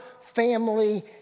family